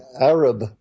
Arab